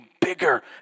bigger